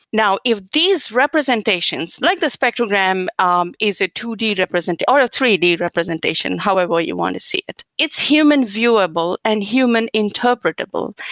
now, if these representations, like the spectrogram um is a two d represent or a three d representation, however you want to see it. it's human viewable and human interpretable,